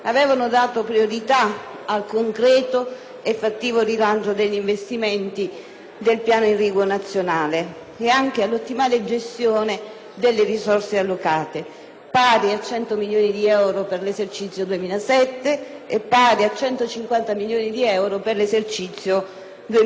al concreto e fattivo rilancio degli investimenti del piano irriguo nazionale ed anche all'ottimale gestione delle risorse allocate, pari a 100 milioni di euro per l'esercizio 2007 ed a 150 milioni di euro per gli esercizi 2008 e 2009.